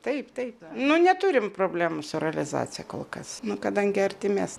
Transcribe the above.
taip taip nu neturim problemų su realizacija kol kas nu kadangi artimes